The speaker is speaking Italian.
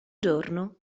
giorno